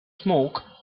smoke